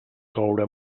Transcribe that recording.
coure